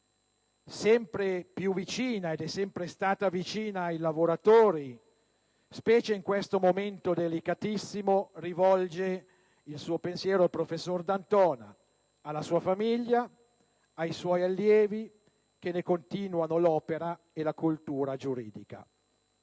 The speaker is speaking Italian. sempre più vicina, come lo è sempre stata, ai lavoratori, specie in questo momento delicatissimo, rivolge il suo pensiero al professor D'Antona, alla sua famiglia, ai suoi allievi che ne continuano l'opera e la cultura giuridica.